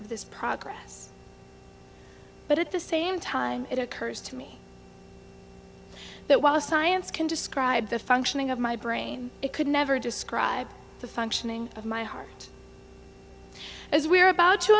of this progress but at the same time it occurs to me that while science can describe the functioning of my brain it could never describe the functioning of my heart as we are about to